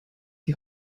die